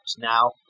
now